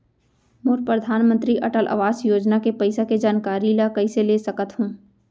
मोर परधानमंतरी अटल आवास योजना के पइसा के जानकारी ल कइसे ले सकत हो?